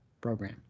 program